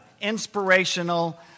inspirational